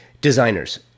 designers